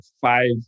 five